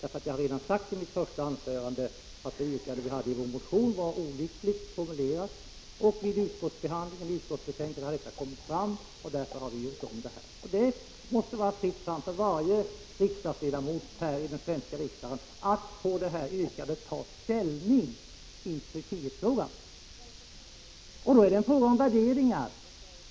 Jag har redan i mitt första anförande sagt att yrkandet i vår motion var olyckligt formulerat. Detta kom fram vid utskottsbehandlingen, och vi har därför gjort om yrkandet. Det måste vara fritt fram för varje ledamot i cen svenska riksdagen att med anledning av yrkandet ta ställning i Turkietfrågan. Det handlar här om värderingar.